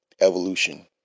evolution